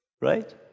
right